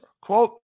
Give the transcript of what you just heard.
Quote